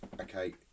okay